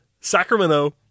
Sacramento